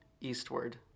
eastward